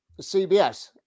CBS